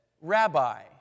Rabbi